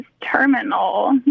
terminal